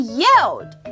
yelled